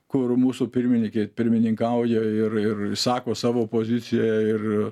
kur mūsų pirminykė pirmininkauja ir ir išsako savo poziciją ir